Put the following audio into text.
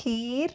kheer